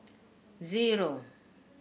zero